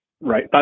right